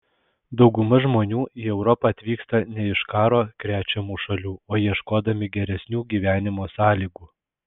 dauguma žmonių į europą atvyksta ne iš karo krečiamų šalių o ieškodami geresnių gyvenimo sąlygų